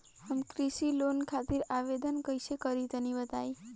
हम कृषि लोन खातिर आवेदन कइसे करि तनि बताई?